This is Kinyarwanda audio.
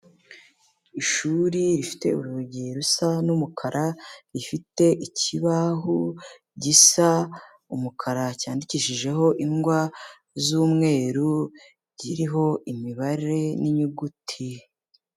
Ishuri rifite urugi rusa n'umukara rifite ikibaho gisa umukara cyandikishijeho ingwa z'umweru kiriho imibare n'inyuguti.